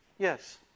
Yes